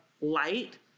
light